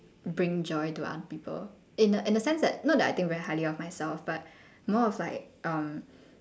bring joy to other people in the in the sense that not that I think very highly of myself but more of like um